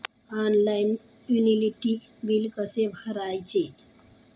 Online utility बिले कसे भरायचे?